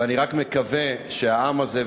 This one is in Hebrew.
ואני רק מקווה שהעם הזה,